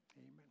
Amen